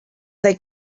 they